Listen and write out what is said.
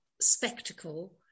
spectacle